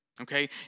okay